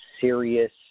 serious